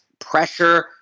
pressure